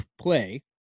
play